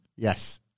Yes